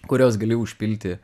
kuriuos gali užpilti